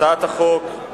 הצעת החוק,